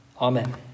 Amen